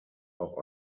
auch